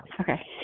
Okay